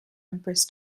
empress